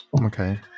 Okay